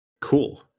Cool